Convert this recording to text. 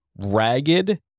Ragged